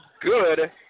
good